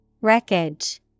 Wreckage